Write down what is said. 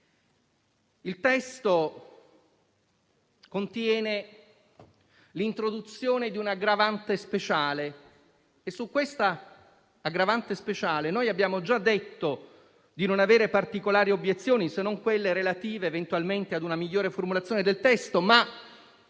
Il testo contiene l'introduzione di un'aggravante speciale e su tale aggravante speciale noi abbiamo già detto di non avere particolari obiezioni, se non quelle relative eventualmente a una migliore formulazione del testo. Il